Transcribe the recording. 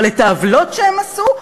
אבל את העוולות שהם עשו,